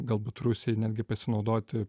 galbūt rusijai netgi pasinaudoti